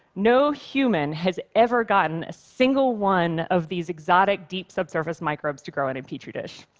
no human has ever gotten a single one of these exotic deep subsurface microbes to grow in a petri dish.